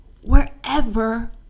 wherever